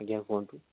ଆଜ୍ଞା କୁହନ୍ତୁ